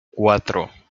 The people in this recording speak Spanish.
cuatro